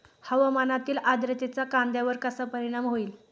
हवामानातील आर्द्रतेचा कांद्यावर कसा परिणाम होईल?